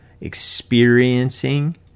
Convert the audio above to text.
experiencing